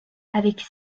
avec